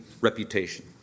reputation